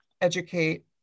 educate